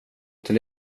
till